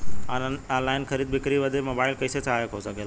Online खरीद बिक्री बदे मोबाइल कइसे सहायक हो सकेला?